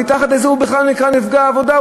מתחת לזה הוא בכלל לא נקרא נפגע עבודה,